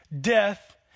death